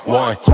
one